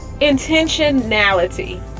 intentionality